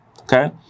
Okay